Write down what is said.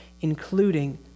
including